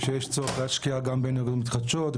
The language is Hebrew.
שיש צורך להשקיע גם באנרגיות מתחדשות,